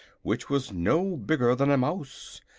which was no bigger than a mouse.